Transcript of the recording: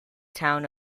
town